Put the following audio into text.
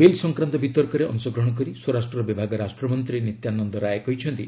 bill ସଂକ୍ରାନ୍ତ ବିତର୍କରେ ଅଂଶ ଗ୍ରହଣ କରି ସ୍ୱରାଷ୍ଟ୍ର ବିଭାଗ ରାଷ୍ଟ୍ରମନ୍ତ୍ରୀ ନିତ୍ୟାନନ୍ଦ ରାୟ କହିଛନ୍ତି